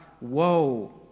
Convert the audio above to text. woe